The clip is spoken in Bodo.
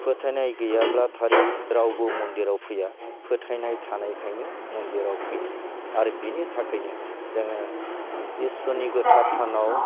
फोथायनाय गैयाब्ला थारै रावबो मन्दिराव फैया फोथायनाय थानायखायनो मन्दिराव फैयो आरो बिनि थाखायनो जोङो इसोरनि गोथार थानाव